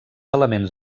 elements